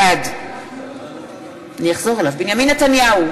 בעד בנימין נתניהו,